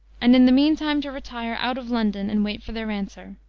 and in the mean time to retire out of london, and wait for their answer.